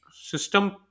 system